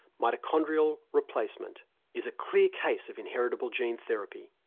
mitochondrial replacement is a clear case of inheritable gene therapy.